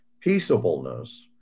peaceableness